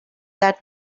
that